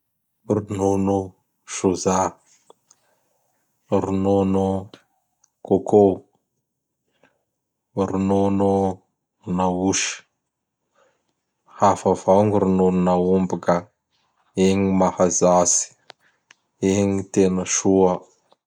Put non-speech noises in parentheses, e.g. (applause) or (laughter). (noise) Ronono Soja, Ronono Coco, Ronono na Osy. Hafa avao gny ronon'Aomby ka. Ign gny mahazatsy, igny n tena soa.